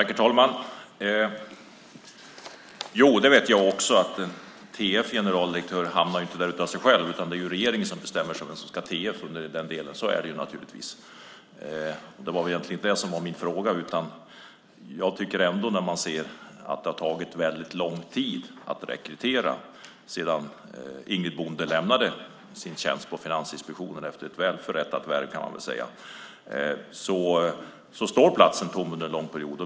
Herr talman! Jag vet också att tillförordnad generaldirektör inte hamnar där av sig självt. Det är regeringen som bestämmer vem som ska vara tf. Det var inte min fråga. Det har tagit väldigt långt tid att rekrytera sedan Ingrid Bonde lämnade sin tjänst på Finansinspektionen efter ett väl förrättat värv. Platsen har stått tom under en lång period.